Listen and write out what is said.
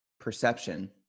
perception